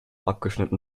abgeschnitten